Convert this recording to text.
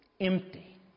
Empty